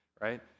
right